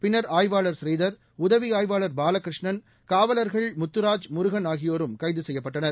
பின்னர் ஆய்வாளர் ஸ்ரீதர் உதவி ஆய்வாளர் பாலகிருஷ்ணன் காவலர்கள் முத்தராஜ் முருகன் ஆகியோரும் கைது செய்யப்பட்டனர்